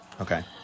Okay